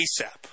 ASAP